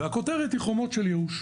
והכותרת היא חומות של ייאוש.